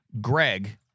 Greg